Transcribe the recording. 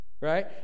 right